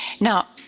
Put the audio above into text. Now